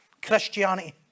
Christianity